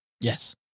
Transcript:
Yes